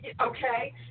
Okay